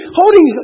holding